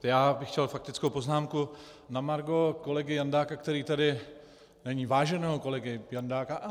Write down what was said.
Já bych chtěl faktickou poznámku na margo kolegy Jandáka, který tady není, váženého kolegy Jandáka.